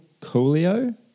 Coolio